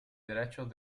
derechos